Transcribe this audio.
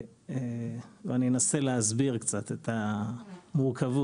אני אנסה להסביר קצת את המורכבות.